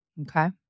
Okay